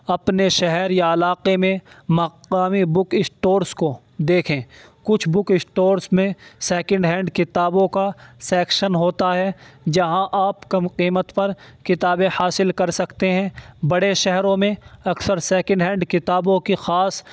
اپنے شہر یا علاقے میں مقامی بک اسٹورس کو دیکھیں کچھ بک اسٹورس میں سیکنڈ ہینڈ کتابوں کا سیکشن ہوتا ہے جہاں آپ کم قیمت پر کتابیں حاصل کر سکتے ہیں بڑے شہروں میں اکثر سیکنڈ ہینڈ کتابوں کی خاص